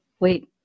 Wait